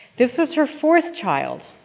this was her fourth child.